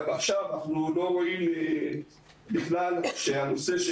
גם עכשיו אנחנו לא רואים שהנושא של